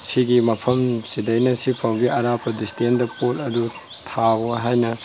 ꯁꯤꯒꯤ ꯃꯐꯝ ꯁꯤꯗꯒꯤꯅ ꯁꯤꯐꯥꯎꯗꯤ ꯑꯔꯥꯞꯄ ꯗꯤꯁꯇꯦꯟꯁꯗ ꯄꯣꯠ ꯑꯗꯨ ꯊꯥꯎꯋꯣ ꯍꯥꯏꯅ